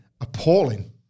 appalling